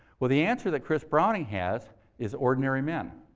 well, the answer that chris browning has is ordinary men.